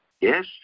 Yes